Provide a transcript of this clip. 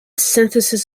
syntheses